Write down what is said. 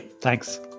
thanks